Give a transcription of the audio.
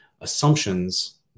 assumptions